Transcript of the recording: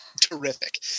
terrific